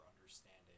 understanding